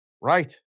Right